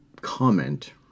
comment